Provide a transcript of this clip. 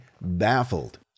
baffled